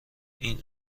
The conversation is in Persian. این